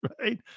Right